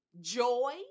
joy